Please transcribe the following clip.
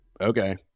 okay